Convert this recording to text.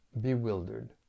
bewildered